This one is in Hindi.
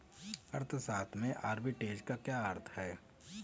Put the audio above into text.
अर्थशास्त्र में आर्बिट्रेज का क्या अर्थ है?